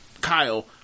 Kyle